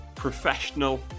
Professional